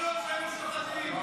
ראשון שהיו שוחטים.